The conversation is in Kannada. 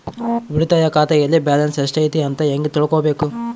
ಉಳಿತಾಯ ಖಾತೆಯಲ್ಲಿ ಬ್ಯಾಲೆನ್ಸ್ ಎಷ್ಟೈತಿ ಅಂತ ಹೆಂಗ ತಿಳ್ಕೊಬೇಕು?